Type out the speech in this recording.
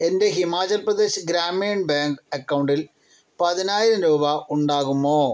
എൻ്റെ ഹിമാചൽ പ്രദേശ് ഗ്രാമീൺ ബാങ്ക് അക്കൗണ്ടിൽ പതിനായിരം രൂപ ഉണ്ടാകുമോ